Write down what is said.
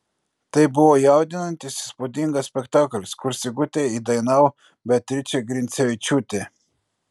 tai buvo jaudinantis įspūdingas spektaklis kur sigutę įdainavo beatričė grincevičiūtė